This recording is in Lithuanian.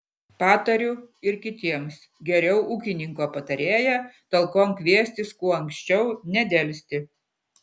patariu ir kitiems geriau ūkininko patarėją talkon kviestis kuo anksčiau nedelsti